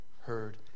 heard